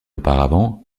auparavant